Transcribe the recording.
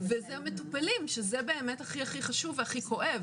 ואלה המטופלים שזה הכי חשוב והכי כואב.